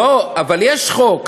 אבל יש חוק.